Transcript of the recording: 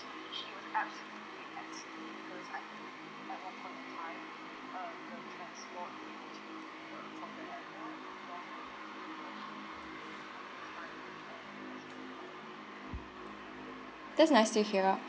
that's nice to hear